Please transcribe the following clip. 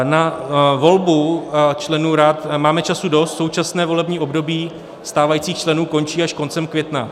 Na volbu členů rad máme času dost, současné volební období stávajících členů končí až koncem května.